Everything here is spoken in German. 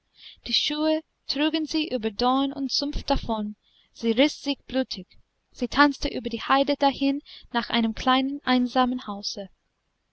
die schuhe trugen sie über dorn und sumpf davon sie riß sich blutig sie tanzte über die haide dahin nach einem kleinen einsamen hause